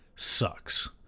sucks